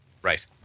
Right